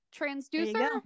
transducer